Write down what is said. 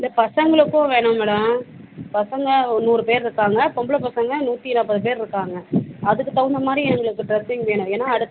இல்லை பசங்களுக்கும் வேணும் மேடம் பசங்க நூறு பேர் இருக்காங்க பொம்பளை பசங்க நூற்றி நாற்பது பேர் இருக்காங்க அதுக்குத் தகுந்த மாதிரி எங்களுக்கு ட்ரெஸ்ஸிங் வேணும் ஏனால் அடுத்